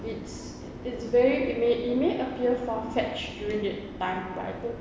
it's it's very it may it may appear far-fetched during that time but I think